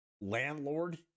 landlord